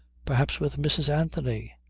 perhaps with mrs. anthony,